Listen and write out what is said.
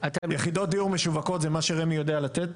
יחידות דיור משווקות זה מה שרמ"י יודע לתת?